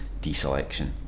deselection